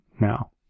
now